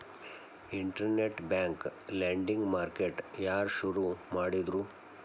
Internet bank lending market ಯಾರ್ ಶುರು ಮಾಡಿದ್ರು?